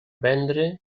vendre